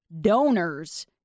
donors